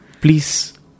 Please